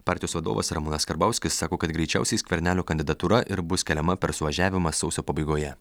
partijos vadovas ramūnas karbauskis sako kad greičiausiai skvernelio kandidatūra ir bus keliama per suvažiavimą sausio pabaigoje